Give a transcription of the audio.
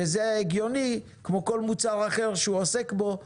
שזה ההגיוני כמו כל מוצר אחר שהוא עוסק בו